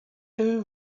too